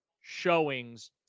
showings